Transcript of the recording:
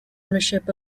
ownership